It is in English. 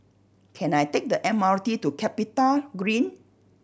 can I take the M R T to CapitaGreen